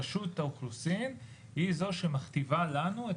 רשות האוכלוסין היא זו שמכתיבה לנו,